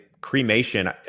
cremation